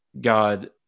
God